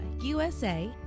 USA